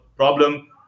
problem